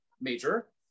major